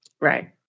Right